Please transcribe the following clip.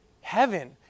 heaven